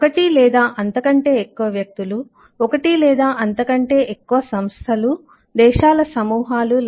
ఒకటి లేదా అంతకంటే ఎక్కువ వ్యక్తులు ఒకటి లేదా అంతకంటే ఎక్కువ సంస్థలుదేశాల సమూహాలు 7